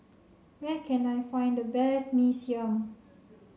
where can I find the best Mee Siam